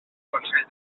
consell